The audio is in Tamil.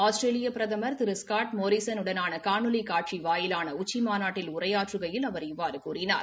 ஆஸ்திரேலியா பிரதமர் திரு ஸகாட் மோரீசனுடனான காணொலி காட்சி வாயிலான உச்சிமாநட்டில் உரையாற்றுகையில் அவர் இவ்வாறு கூறினார்